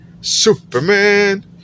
Superman